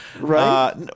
right